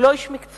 הוא לא איש מקצוע.